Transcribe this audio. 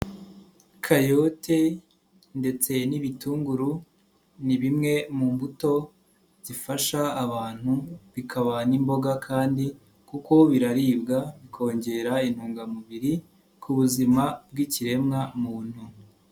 Kayote ndetse n'ibitunguru ni bimwe mu mbuto zifasha abantu bikaba n'imboga kandi, kuko biraribwa bikongera intungamubiri ku buzima bw'ikiremwa muntu.